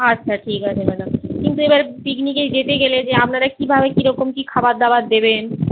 আচ্ছা ঠিক আছে ম্যাডাম কিন্তু এবার পিকনিকে যেতে গেলে যে আপনারা কিভাবে কিরকম কি খাবার দাবার দেবেন